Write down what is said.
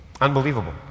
Unbelievable